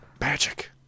magic